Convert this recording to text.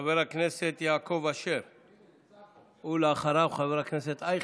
חבר הכנסת יעקב אשר, ואחריו, חבר הכנסת אייכלר.